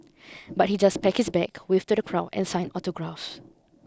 but he just pack his bag waved to the crowd and signed autographs